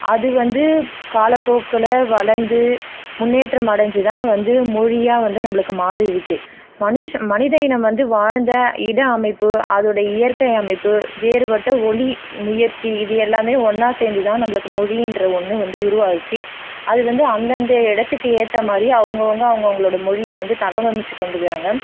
அது வந்து காலப்போக்கில் வளர்ந்து முன்னேற்ற மடஞ்சி தான் வந்து மொழியாக வந்து நம்பளுக்கு மாறிடுச்சு மனுஷ மனித இனம் வந்து வாழ்ந்த இட அமைப்பு அதோட இயற்கை அமைப்பு வேறுபட்ட ஒலி முயற்சி இது எல்லாமே ஒன்னாக சேர்ந்துதான் நம்பளுக்கு மொழின்ற ஒன்று வந்து உருவாகுச்சு அது வந்து அந்தந்த இடத்துக்கு ஏற்ற மாதிரி அவங்கவுங்க அவங்கவுங்களோட மொழியை வந்து தகவமைச்சு கொண்டுக்குறாங்க